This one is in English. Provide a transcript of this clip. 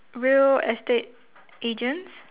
real estate agents